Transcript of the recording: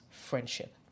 friendship